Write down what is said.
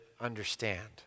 understand